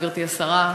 גברתי השרה,